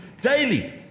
daily